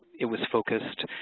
it was focused,